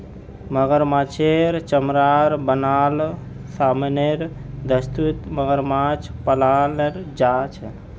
मगरमाछेर चमरार बनाल सामानेर दस्ती मगरमाछ पालाल जाहा